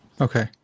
Okay